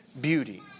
beauty